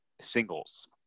singles